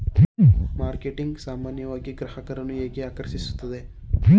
Marketing ಸಾಮಾನ್ಯವಾಗಿ ಗ್ರಾಹಕರನ್ನು ಹೇಗೆ ಆಕರ್ಷಿಸುತ್ತದೆ?